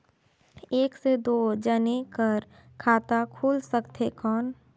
एक से दो जने कर खाता खुल सकथे कौन?